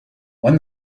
when